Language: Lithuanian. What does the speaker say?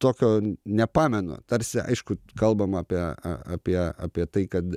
tokio nepamenu tarsi aišku kalbam apie apie apie tai kad